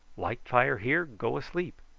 light fire here go asleep!